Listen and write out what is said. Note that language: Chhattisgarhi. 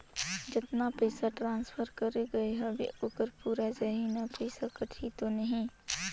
जतना पइसा ट्रांसफर करे गये हवे ओकर पूरा जाही न पइसा कटही तो नहीं?